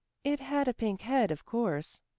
it had a pink head, of course,